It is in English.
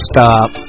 Stop